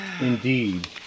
Indeed